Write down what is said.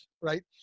right